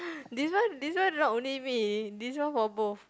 this one this one not only me this one for both